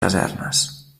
casernes